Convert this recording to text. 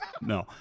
No